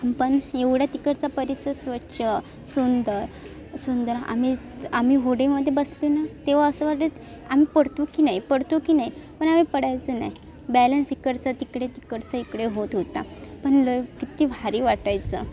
पण एवढा तिकडचा परिसर स्वच्छ सुंदर सुंदर आम्ही आम्ही होडीमध्ये बसतो न तेव्हा असं वाटतं आम्ही पडतो की नाही पडतो की नाही पण आम्ही पडायचो नाही बॅलन्स इकडचा तिकडे तिकडचा इकडे होत होता पण लय किती भारी वाटायचं